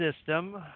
system